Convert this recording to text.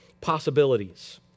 possibilities